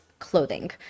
clothing